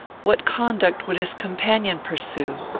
what conduct would his companion pursue?